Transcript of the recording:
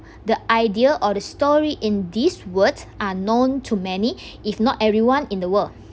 the idea or the story in these words are known to many if not everyone in the world